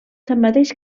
tanmateix